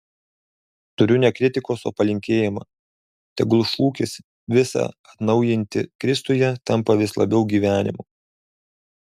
turiu ne kritikos o palinkėjimą tegul šūkis visa atnaujinti kristuje tampa vis labiau gyvenimu